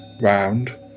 round